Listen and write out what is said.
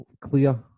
clear